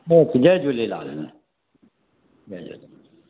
हा जय झूलेलाल